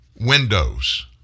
Windows